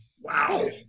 Wow